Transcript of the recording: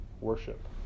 worship